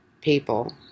people